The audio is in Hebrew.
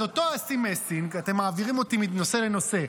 אז אותו אסי מסינג, אתם מעבירים אותי מנושא לנושא.